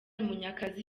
munyakazi